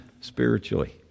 spiritually